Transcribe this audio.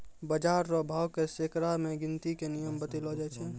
बाजार रो भाव के सैकड़ा मे गिनती के नियम बतैलो जाय छै